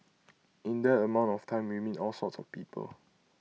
in that amount of time we meet all sorts of people